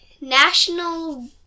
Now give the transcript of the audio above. national